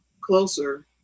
closer